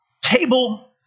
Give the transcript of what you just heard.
table